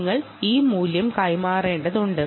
നിങ്ങൾ ഈ value transmit ചെയ്യേണ്ടതുണ്ട്